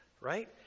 right